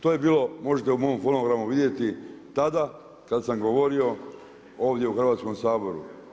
To je bilo možete u mom fonogramu vidjeti tada kada sam govorio ovdje u Hrvatskom saboru.